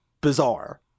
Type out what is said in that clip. bizarre